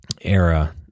era